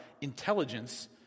intelligence